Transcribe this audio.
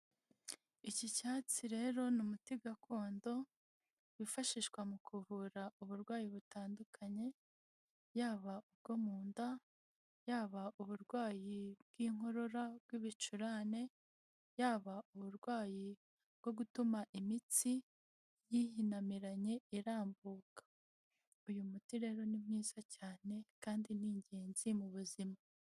Iki cyatsi rero ni umuti gakondo wifashishwa mu kuvura uburwayi butandukanye, yaba ubwo mu nda, yaba uburwayi bw'inkorora, bw'ibicurane, yaba uburwayi bwo gutuma imitsi yihinamiranye irambuka. Uyu muti rero ni mwiza cyane kandi ni ingenzi mu buzima.